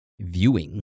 viewing